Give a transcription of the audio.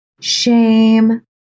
shame